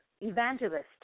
Evangelist